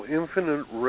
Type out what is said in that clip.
infinite